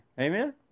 Amen